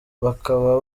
bakaba